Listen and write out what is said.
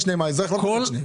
האזרח לא קונה את שניהם.